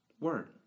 Word